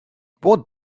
what